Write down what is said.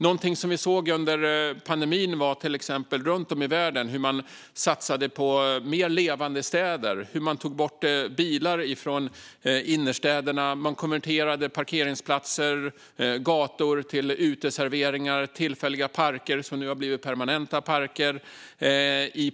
Någonting som vi till exempel såg under pandemin var hur man runt om i världen satsade på mer levande städer - man tog bort bilar från innerstäderna, och man konverterade parkeringsplatser och gator till uteserveringar och tillfälliga parker som nu har blivit permanenta parker.